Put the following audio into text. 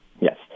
Yes